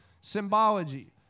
symbology